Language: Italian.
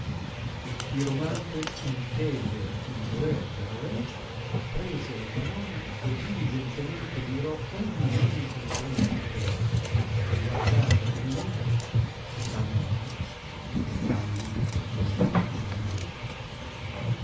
il chiromante inteso il voler del re prese la sua mano e diligentemente mirò ogni linea che in quella si trovava e guardato che l'ebbe s ammutì e pallido nella faccia divenne